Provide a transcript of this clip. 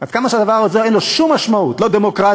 עד כמה לדבר הזה אין שום משמעות: לא דמוקרטית,